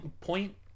point